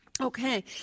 Okay